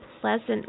pleasant